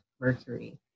mercury